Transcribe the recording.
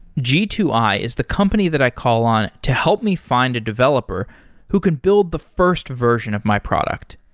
g two i is the company that i call on to help me find a developer who can build the first version of my product.